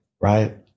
Right